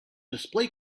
display